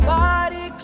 body